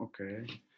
Okay